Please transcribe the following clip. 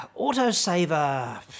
Autosaver